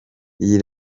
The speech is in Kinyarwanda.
iyi